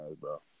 bro